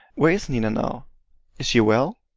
where is nina now? is she well?